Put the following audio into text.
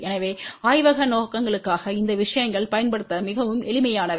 எனவே ஆய்வக நோக்கங்களுக்காக இந்த விஷயங்கள் பயன்படுத்த மிகவும் எளிமையானவை